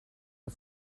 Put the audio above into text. are